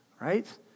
right